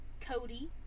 Cody